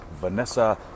Vanessa